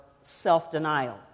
self-denial